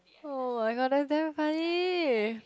oh my god that's damn funny